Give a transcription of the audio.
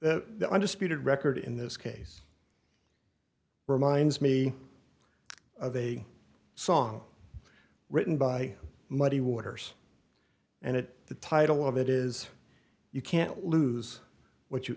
that the undisputed record in this case reminds me of a song written by muddy waters and it the title of it is you can't lose what you